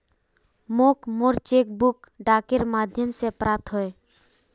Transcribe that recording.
मोक मोर cheque book डाकेर माध्यम से प्राप्त होइए